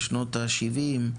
בשנות ה-70,